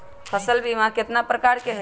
फसल बीमा कतना प्रकार के हई?